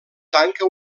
tanca